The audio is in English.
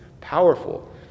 powerful